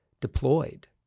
deployed